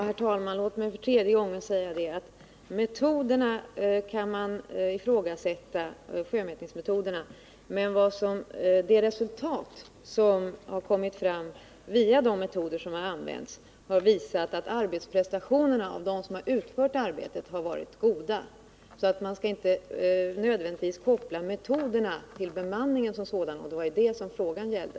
Herr talman! Låt mig för tredje gången säga att man visserligen kan ifrågasätta sjömätningsmetoderna men att det resultat som har kommit fram via de använda metoderna har visat att de som utfört arbetet gjort goda arbetsprestationer. Man skall inte nödvändigtvis koppla metoderna till bemanningen som sådan. Det var detta frågan gällde.